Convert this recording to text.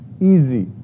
easy